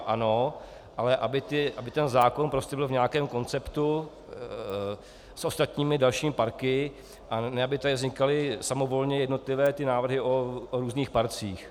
Ano, ale aby ten zákon prostě byl v nějakém konceptu s ostatními dalšími parky, a ne aby tady vznikaly samovolně jednotlivé návrhy o různých parcích.